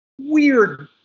weird